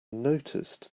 noticed